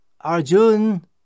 Arjun